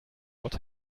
what